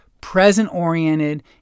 present-oriented